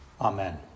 Amen